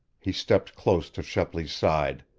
he stepped close to shepley's side.